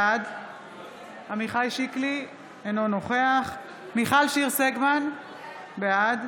בעד עמיחי שיקלי, אינו נוכח מיכל שיר סגמן, בעד